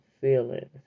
feelings